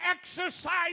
exercise